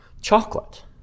Chocolate